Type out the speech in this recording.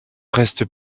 reste